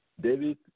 David